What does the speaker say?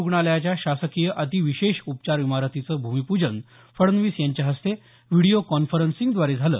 रुग्णालयाच्या शासकीय अतिविशेष उपचार इमारतीचं भूमिपूजन फडणवीस यांच्या हस्ते व्हिडिओ कॉन्फरन्सिंगद्वारे झालं